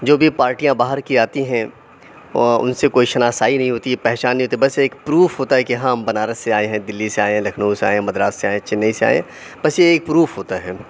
جو بھی پارٹیاں باہر کی آتی ہیں اُن سے کوئی شناسائی نہیں ہوتی ہے پہچان نہیں ہوتی بس ایک پروف ہوتا ہے کہ ہاں ہم بنارس سے آئے ہیں دِلی سے آئے ہیں لکھنؤ سے آئے ہیں مدراس سے آئے ہیں چنئی سے آئے ہیں بس یہ ایک پروف ہوتا ہے